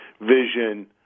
vision